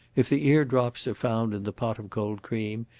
if the eardrops are found in the pot of cold cream,